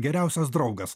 geriausias draugas